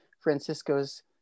Francisco's